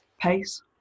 pace